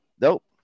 nope